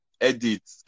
Edit